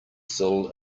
still